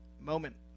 moment